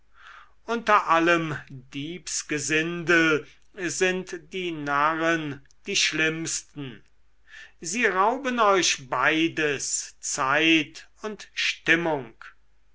unter allem diebsgesindel sind die narren die schlimmsten sie rauben euch beides zeit und stimmung